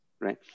right